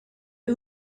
you